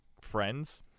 friends